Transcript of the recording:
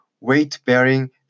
weight-bearing